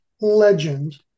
legend